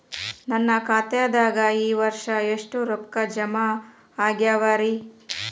ನನ್ನ ಖಾತೆದಾಗ ಈ ವರ್ಷ ಎಷ್ಟು ರೊಕ್ಕ ಜಮಾ ಆಗ್ಯಾವರಿ?